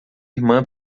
irmã